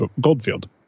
Goldfield